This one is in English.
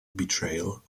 betrayal